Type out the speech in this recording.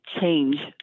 change